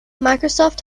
microsoft